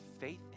faith